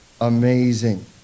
amazing